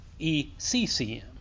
ECCM